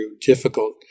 difficult